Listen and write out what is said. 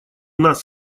нас